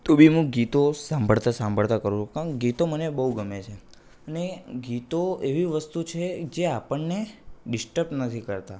તો બી મું ગીતો સાંભળતાં સાંભળતાં કરું કારણ ગીતો મને બહુ ગમે છે ને ગીતો એવી વસ્તુ છે જે આપણને ડિસ્ટર્બ નથી કરતા